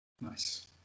Nice